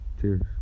Cheers